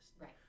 right